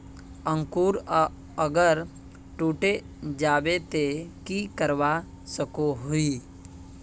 अंकूर अगर टूटे जाबे ते की करवा सकोहो ही?